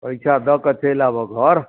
पइसा दऽ कऽ चलि आबऽ घर